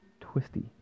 Twisty